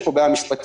יש פה בעיה משפטית,